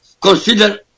consider